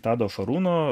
tado šarūno